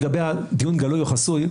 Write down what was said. לגבי דיון גלוי או חסוי,